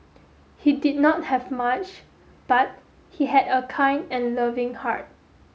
he did not have much but he had a kind and loving heart